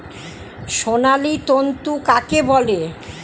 সোনালী তন্তু কাকে বলে?